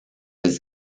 his